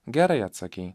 gerai atsakei